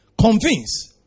Convince